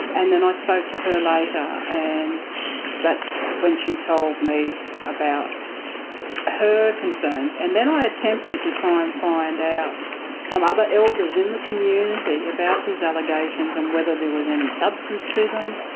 and then i spoke to her later and that's when she told me about her concerns. and then i attempted to try and find out from other elders in the community about these allegations and whether there was any substance to them.